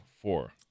Four